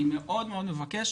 אני מאוד מאוד מבקש